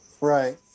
Right